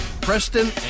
preston